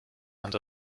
and